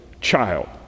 child